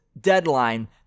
deadline